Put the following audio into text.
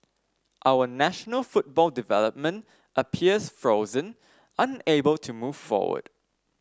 our national football development appears frozen unable to move forward